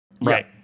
Right